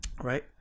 Right